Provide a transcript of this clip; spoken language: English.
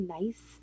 nice